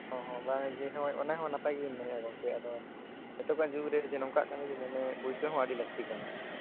ᱚ ᱦᱚᱸ ᱵᱟᱝ ᱡᱮ ᱦᱚᱜᱼᱚᱭ ᱚᱱᱟ ᱦᱚᱸ ᱱᱟᱯᱟᱭ ᱜᱮᱵᱮᱱ ᱢᱮᱱᱮᱫᱼᱟ ᱜᱚᱢᱠᱮ ᱟᱫᱚ ᱱᱤᱛᱚᱜᱟᱜ ᱡᱩᱜᱽ ᱨᱮ ᱡᱮ ᱱᱚᱝᱠᱟᱜ ᱠᱟᱱᱟ ᱢᱟᱱᱮ ᱯᱩᱭᱥᱟᱹ ᱦᱚᱸ ᱟᱹᱰᱤ ᱞᱟᱹᱠᱛᱤ ᱠᱟᱱᱟ